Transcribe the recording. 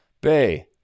Bay